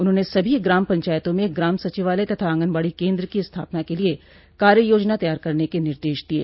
उन्होंने सभी ग्राम पंचायतों में ग्राम सचिवालय तथा आंगनबाड़ी केन्द्र को स्थापना के लिये कार्य योजना तैयार करने के निर्देश दिये